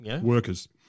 workers